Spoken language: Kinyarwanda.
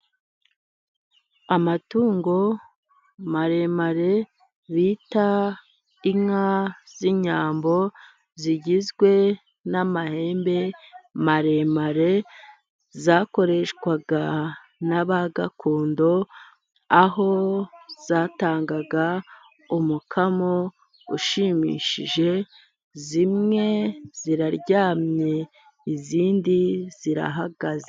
Amatungo maremare bita inka z'inyambo. Zigizwe n'amahembe maremare zakoreshwaga n' ba gakondo, aho zatangaga umukamo ushimishije zimwe ziraryamye izindi zirahagaze.